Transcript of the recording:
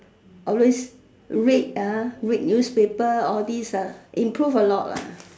always read read newspaper all this improve a lot